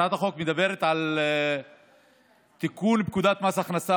הצעת החוק מדברת על תיקון פקודת מס הכנסה,